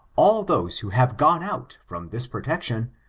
all those who have gone out from this protection,